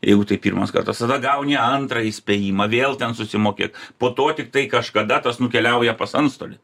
jeigu tai pirmas kartas tada gauni antrą įspėjimą vėl ten susimokėk po to tiktai kažkada tas nukeliauja pas antstolį